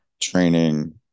training